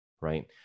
right